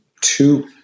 two